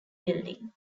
building